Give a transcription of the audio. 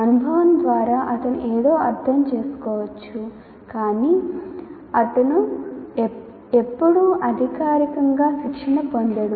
అనుభవం ద్వారా అతను ఏదో అర్థం చేసుకోవచ్చు కానీ అతను ఎప్పుడూ అధికారికంగా శిక్షణ పొందడు